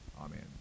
Amen